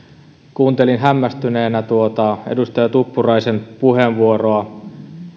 kuuntelin hämmästyneenä edustaja tuppuraisen puheenvuoroa